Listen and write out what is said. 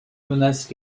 menace